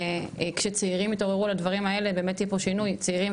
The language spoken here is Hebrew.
כי אני חושבת שזה התפקיד של הצעירים,